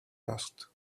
asked